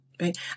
right